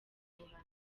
ubuhamya